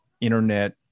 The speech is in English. internet